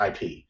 IP